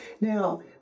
Now